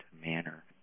manner